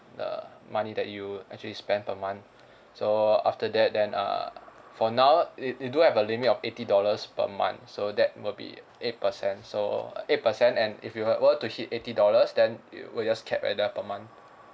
the money that you actually spend per month so after that then err for now it it do have a limit of eighty dollars per month so that will be eight percent so uh eight percent and if you are able to hit eighty dollars then it will just capped at that per month